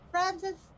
Francis